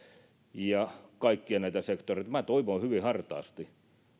ja kaikkia näitä sektoreita minä toivon hyvin hartaasti